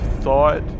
thought